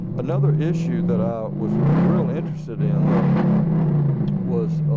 another issue that i was really interested in though was